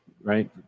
right